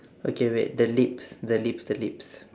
okay wait the lips the lips the lips